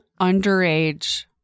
Underage